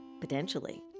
potentially